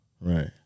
Right